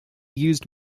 used